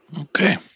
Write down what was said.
Okay